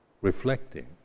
reflecting